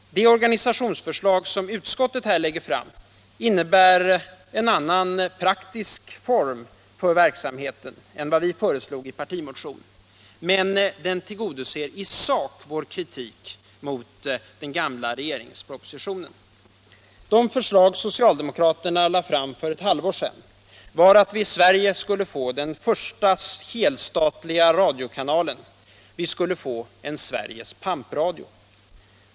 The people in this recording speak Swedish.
De organisationsförslag som utskottet lägger fram innebär en annan praktisk form för verksamheten än vad vi förutsåg i partimotionen, men de tillgodoser i sak vår kritik mot den gamla regeringspropositionen. De förslag socialdemokraterna lade fram för ett halvår sedan var att vi i Sverige skulle få den första helstatliga radiokanalen, vi skulle få en Sveriges pampradio.